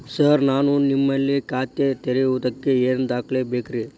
Sir ನಾನು ನಿಮ್ಮಲ್ಲಿ ಖಾತೆ ತೆರೆಯುವುದಕ್ಕೆ ಏನ್ ದಾಖಲೆ ಬೇಕ್ರಿ?